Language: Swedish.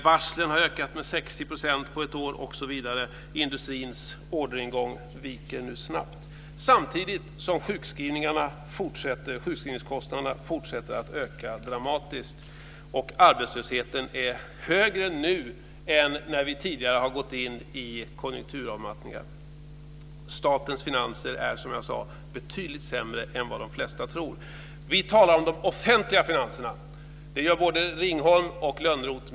Varslen har ökat med 60 % på ett år, industrins orderingång viker snabbt samtidigt som sjukskrivningskostnaderna fortsätter att öka dramatiskt och arbetslösheten är högre nu än när vi tidigare har gått in i konjunkturavmattningar. Statens finanser är, som jag sade, betydligt sämre än vad de flesta tror. Vi talar om de offentliga finanserna. Det gör både Ringholm och Lönnroth.